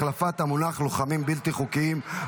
החלפת המונח לוחמים בלתי חוקיים),